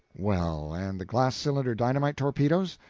well, and the glass-cylinder dynamite torpedoes?